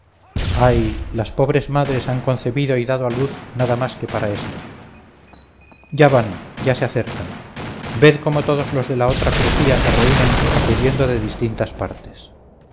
ay las pobres madres han concebido y dado a luz nada más que para esto ya van ya se acercan ved cómo todos los de la otra crujía se reúnen acudiendo de distintas partes